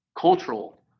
cultural